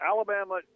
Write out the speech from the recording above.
Alabama